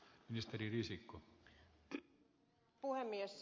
arvoisa herra puhemies